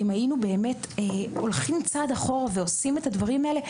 אם היינו הולכים צעד אחורה ועושים את הדברים האלה,